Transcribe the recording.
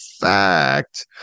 fact